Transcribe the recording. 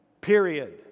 Period